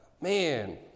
man